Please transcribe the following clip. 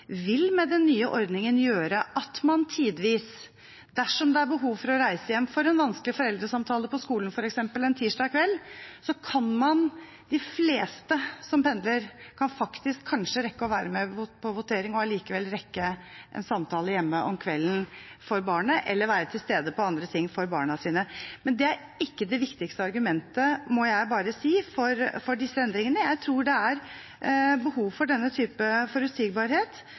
vil med den nye ordningen gjøre at man tidvis, dersom det er behov for å reise hjem for en vanskelig foreldresamtale på skolen, f.eks., en tirsdag kveld, kan de fleste som pendler, kanskje rekke å være med på voteringen og likevel rekke en samtale hjemme om kvelden eller være til stede på andre ting for barna sine. Men det er ikke det viktigste argumentet, må jeg bare si, for disse endringene. Jeg tror det er behov for denne typen forutsigbarhet,